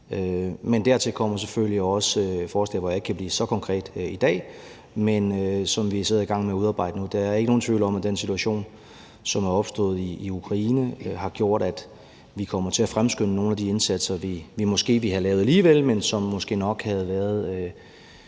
selvfølgelig også forslag, hvor jeg ikke kan blive så konkret i dag, men som vi sidder og er i gang med at udarbejde nu. Der er ikke nogen tvivl om, at den situation, som er opstået i Ukraine, har gjort, at vi kommer til at fremskynde nogle af de indsatser, som vi måske alligevel ville have lavet, men som måske nok havde været